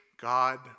God